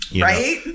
Right